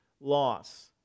loss